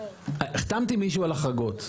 החתמתי מישהו על החרגות.